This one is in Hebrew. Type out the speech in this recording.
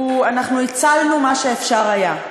אנחנו הצלנו מה שאפשר היה,